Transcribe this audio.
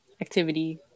activity